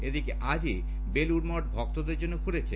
এদিকে আজই বেলুড় মঠ ভক্তদের জন্য খুলছে